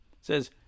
says